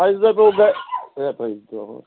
اَسہِ دَپیٛو تلے یپٲرۍ کِنۍ